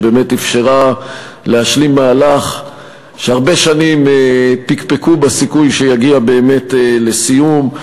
שבאמת אפשרה להשלים מהלך שהרבה שנים פקפקו בסיכוי שיגיע באמת לסיום.